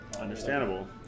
Understandable